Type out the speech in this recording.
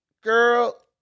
girl